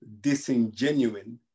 disingenuine